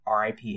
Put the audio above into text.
RIP